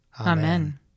Amen